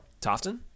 tofton